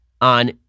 on